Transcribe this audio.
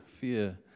Fear